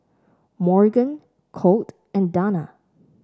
Morgan Colt and Dana